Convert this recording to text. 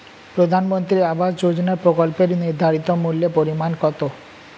প্রধানমন্ত্রী আবাস যোজনার প্রকল্পের নির্ধারিত মূল্যে পরিমাণ কত?